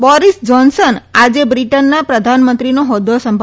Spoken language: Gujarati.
બોરિસ જ્છોન્સન આજે બ્રિટનના પ્રધાનમંત્રીનો હોદ્દો સંભાળશે